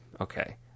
okay